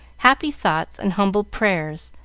happy thoughts, and humble prayers,